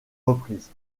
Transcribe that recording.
reprises